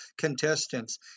contestants